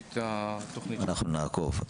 תודה, אנחנו נעקוב.